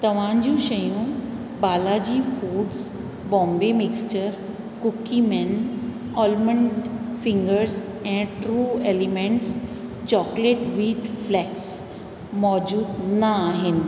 तव्हां जूं शयूं Balaji foods Bombay mixture cookie man almond fingers ऐं true elements chocolate wheat flakes मौजूदु न आहिनि